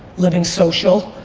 living social.